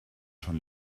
schon